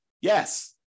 Yes